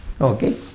Okay